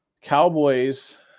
Cowboys